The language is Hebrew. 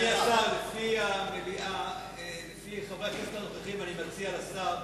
לפי חברי כנסת הנוכחים, אני מציע לשר